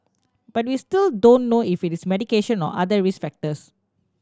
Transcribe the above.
but we still don't know if it is medication or other risk factors